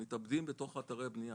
מתאבדים בתוך אתרי הבנייה,